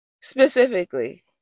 Specifically